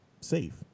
safe